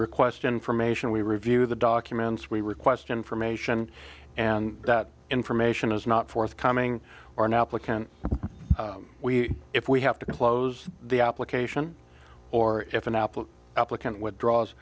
request information we review the documents we request information and that information is not forthcoming are now click and we if we have to close the application or if an applicant applicant withdraws